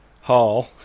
Hall